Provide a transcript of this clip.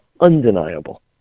undeniable